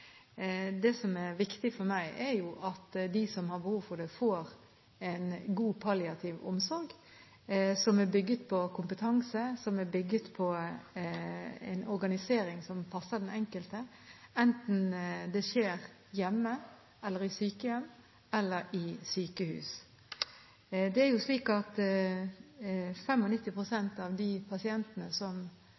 Det som er viktig for meg, er at de som har behov for det, får en god palliativ omsorg som er bygget på kompetanse, og som er bygget på en organisering som passer den enkelte, enten det skjer hjemme, i sykehjem eller i sykehus. Det er slik at 95 pst. av de pasientene som